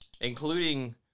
Including